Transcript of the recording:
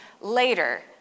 later